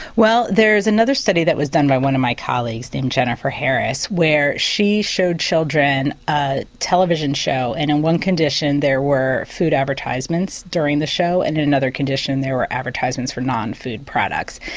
well there's another study that was done by one of my colleagues um jennifer harris where she showed children a television show and in one condition there were food advertisements during the show and in another condition there were advertisements for non-food products.